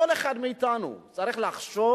כל אחד מאתנו צריך לחשוב